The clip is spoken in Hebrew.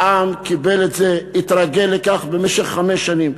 העם קיבל את זה, התרגל לכך במשך חמש שנים.